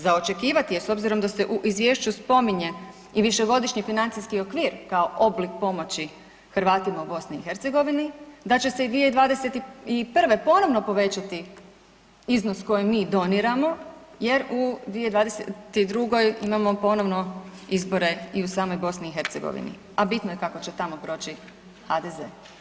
Za očekivat je s obzirom da se u izvješću spominje i višegodišnji financijski okvir kao oblik pomoći Hrvatima u BiH, da će se 2021. ponovno povećati iznos koji mi doniramo jer u 2022. imamo ponovno izbore i u samoj BiH, a bitno je kako će tamo proći HDZ.